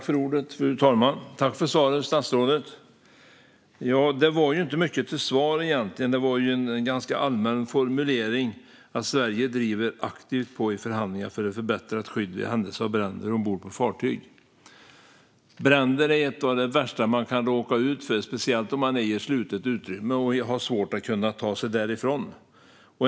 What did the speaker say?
Fru talman! Tack för svaret, statsrådet! Men det var egentligen inte mycket till svar. Det kom en ganska allmän formulering: "Sverige driver aktivt på i förhandlingarna för ett förbättrat skydd vid händelse av bränder ombord på fartyg." Bränder är något av det värsta man kan råka ut för, speciellt om man är i ett slutet utrymme och har svårt att ta sig därifrån.